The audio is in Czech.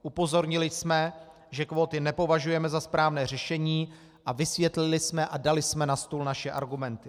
Upozornili jsme, že kvóty nepovažujeme za správné řešení, a vysvětlili jsme a dali jsme na stůl naše argumenty.